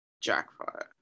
jackpot